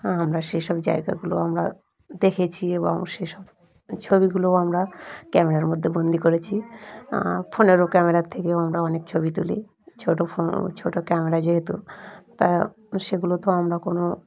আমরা সেই সব জায়গাগুলো আমরা দেখেছি এবং সেসব ছবিগুলোও আমরা ক্যামেরার মধ্যে বন্দি করেছি ফোনেরও ক্যামেরার থেকেও আমরা অনেক ছবি তুলি ছোটো ফোন ছোটো ক্যামেরা যেহেতু তা সেগুলোতে আমরা কোনো